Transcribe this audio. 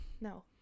No